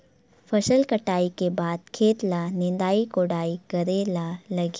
फसल कटाई के बाद खेत ल निंदाई कोडाई करेला लगही?